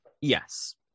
yes